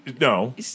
No